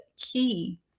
key